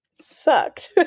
sucked